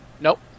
Nope